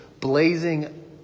blazing